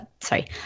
sorry